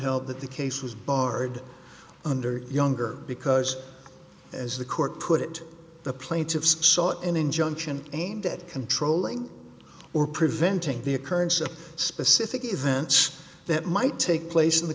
held that the case was barred under younger because as the court put it the plaintiffs sought an injunction aimed at controlling or preventing the occurrence of specific events that might take place in the